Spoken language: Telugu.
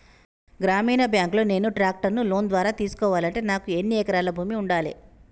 గ్రామీణ బ్యాంక్ లో నేను ట్రాక్టర్ను లోన్ ద్వారా తీసుకోవాలంటే నాకు ఎన్ని ఎకరాల భూమి ఉండాలే?